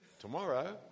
Tomorrow